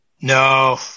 No